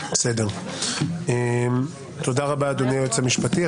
תודה רבה, היועץ המשפטי.